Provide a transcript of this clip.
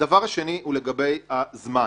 דבר שני, לגבי הזמן,